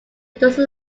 dozen